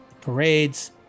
parades